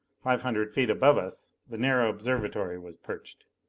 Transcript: five hundred feet above us, the narrow observatory was perched.